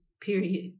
period